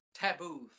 taboo